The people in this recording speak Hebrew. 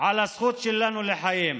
על הזכות שלנו לחיים,